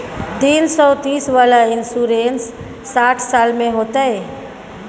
तीन सौ तीस वाला इन्सुरेंस साठ साल में होतै?